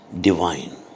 divine